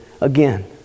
again